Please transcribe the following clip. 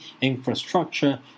infrastructure